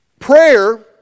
Prayer